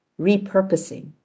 repurposing